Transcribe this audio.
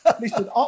listen